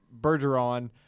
Bergeron